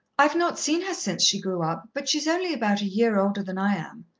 i've not seen her since she grew up but she's only about a year older than i am.